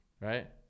right